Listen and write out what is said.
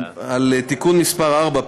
על תיקון מס' 4,